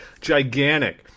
gigantic